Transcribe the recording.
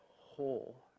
whole